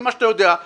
ממה שאתה יודע,